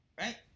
right